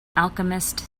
alchemist